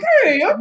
Okay